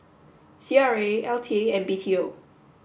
C R A L T A and B T O